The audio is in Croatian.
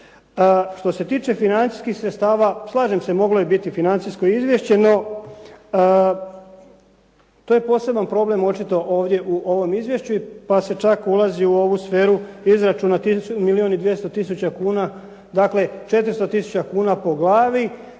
Što se tiče financijskih sredstava, slažem se moglo je biti financijsko izvješće, no to je poseban problem očito ovdje u ovom izvješću, pa se čak ulazi u ovu sferu izračuna milijun i